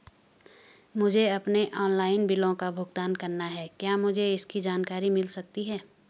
मुझे अपने ऑनलाइन बिलों का भुगतान करना है क्या मुझे इसकी जानकारी मिल सकती है?